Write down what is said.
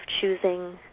choosing